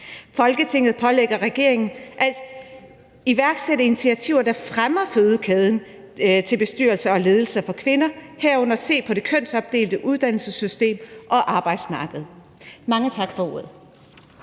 Folketinget pålægger regeringen at iværksætte initiativer, der fremmer fødekæden til bestyrelser og ledelser for kvinder, herunder at se på det kønsopdelte uddannelsessystem og arbejdsmarked.«